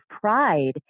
pride